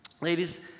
Ladies